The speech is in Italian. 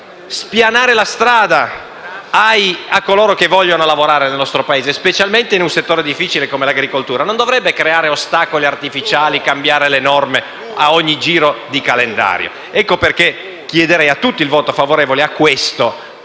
spianare la strada a coloro che vogliono lavorare nel nostro Paese, specialmente in un settore difficile come l’agricoltura. Non dovrebbe creare ostacoli artificiali e cambiare le norme a ogni giro di calendario. Ecco perché chiederei a tutti il voto favorevole